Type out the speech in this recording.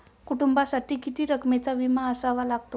कुटुंबासाठी किती रकमेचा विमा असावा लागतो?